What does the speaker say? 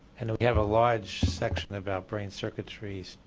and we have a large section of our brain circuitry,